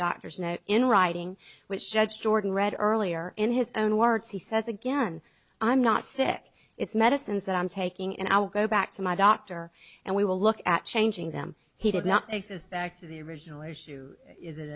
doctor's note in writing which judge jordan read earlier in his own words he says again i'm not sick it's medicines that i'm taking and i will go back to my doctor and we will look at changing them he did not exist back to the original issue is